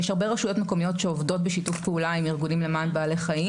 יש הרבה רשויות מקומיות שעובדות בשיתוף פעולה עם ארגונים למען בעלי חיים